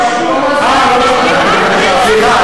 שקר.